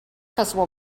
festival